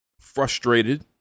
frustrated